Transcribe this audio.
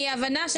מההבנה,